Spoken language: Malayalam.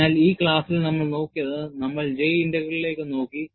അതിനാൽ ഈ ക്ലാസ്സിൽ നമ്മൾ നോക്കിയത് നമ്മൾ J ഇന്റഗ്രലിലേക്ക് നോക്കി